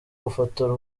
gufotora